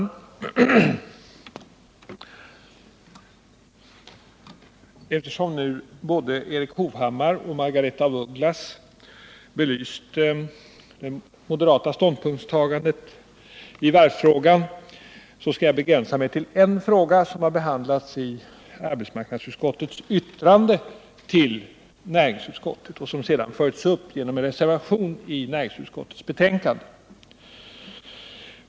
Herr talman! Eftersom nu både Erik Hovhammar och Margaretha af Ugglas har belyst det moderata ståndpunktstagandet i varvsfrågan, skall jag begränsa mig till en fråga som har behandlats i arbetsmarknadsutskottets yttrande till näringsutskottet och som sedan har följts upp med en reservation i näringsutskottets betänkande.